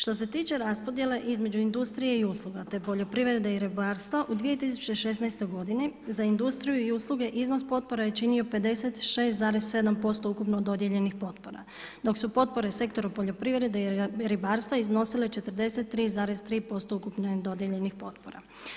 Što se tiče raspodjele između industrije i usluga te poljoprivrede i ribarstva, u 2016. godini za industriju i usluge iznos potpora je činio 56,7% ukupno dodijeljenih potpora dok su potpore sektora poljoprivrede i ribarstva iznosile 43,3% ukupno dodijeljenih potpora.